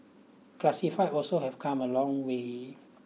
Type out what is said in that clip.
classified also have come a long way